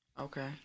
Okay